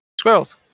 Squirrels